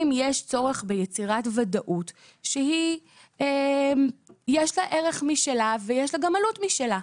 יש צורך ביצירת ודאות שיש לה ערך משלה ויש לה גם עלות משלה.